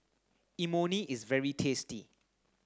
Imoni is very tasty